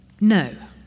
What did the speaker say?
No